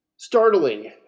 startling